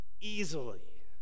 easily